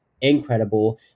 incredible